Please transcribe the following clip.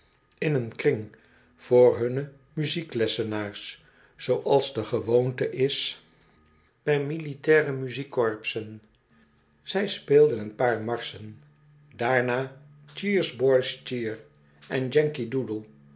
in een kring voor hunne muzieklessenaars zooals de gewoonte is bij de militaire beperkte schooltijd muziekkorpsen zij speelden een paar mar schen daarna oh eer boys cheer en yankee doodle